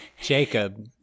Jacob